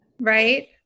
Right